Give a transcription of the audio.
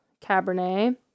Cabernet